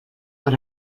per